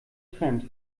trend